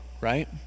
right